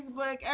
Facebook